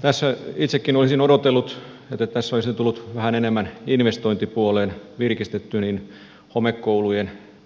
tässä itsekin olisin odotellut että tässä olisi tullut vähän enemmän investointipuoleen virkistystä